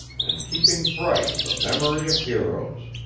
and keeping bright the memory of heroes.